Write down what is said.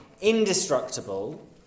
indestructible